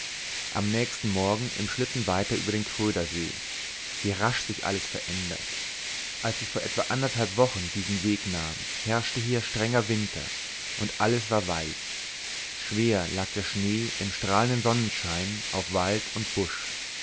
am nächsten morgen im schlitten weiter über den krödersee wie rasch sich alles verändert als ich vor etwa anderthalb wochen diesen weg kam herrschte hier strenger winter und alles war weiß schwer lag der schnee im strahlenden sonnenschein auf wald und busch